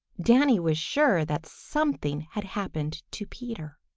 danny was sure that something had happened to peter.